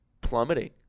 plummeting